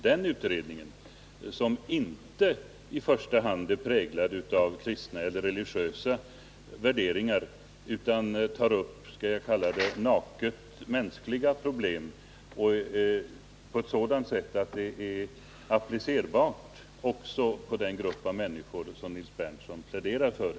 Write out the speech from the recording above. Den utredningen, som inte i första hand är präglad av kristna eller religiösa värderingar utan som tar upp det jag vill kalla de naket mänskliga problemen, behandlar nämligen dessa frågor på ett sådant sätt att det är applicerbart också på den grupp av människor som Nils Berndtson pläderar för.